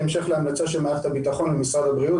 בהמשך להמלצה של מערכת הביטחון ומשרד הבריאות.